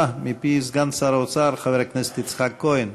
מפי סגן שר האוצר חבר הכנסת יצחק כהן,